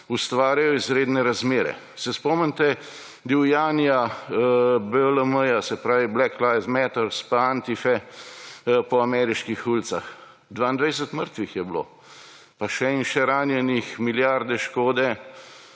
ustvarjajo izredne razmere. Se spomnite divjanja BLM, se pravi Black Lives Matter, pa Antife po ameriških ulicah? 22 mrtvih je bilo pa še in še ranjenih, milijarde škode,